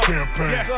Campaign